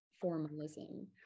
formalism